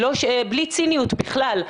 בלי ציניות בכלל,